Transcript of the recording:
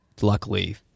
luckily